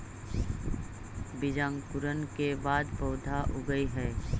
बीजांकुरण के बाद पौधा उगऽ हइ